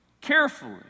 carefully